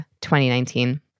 2019